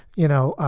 you know,